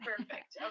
Perfect